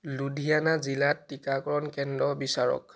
লুধিয়ানা জিলাত টিকাকৰণ কেন্দ্ৰ বিচাৰক